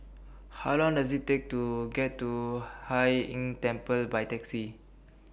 How Long Does IT Take to get to Hai Inn Temple By Taxi